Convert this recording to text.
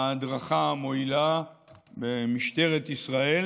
ההדרכה המועילה במשטרת ישראל.